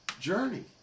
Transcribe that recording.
journey